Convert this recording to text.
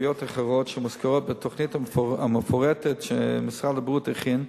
ובעיות אחרות שמוזכרות בתוכנית המפורטת שמשרד הבריאות הכין,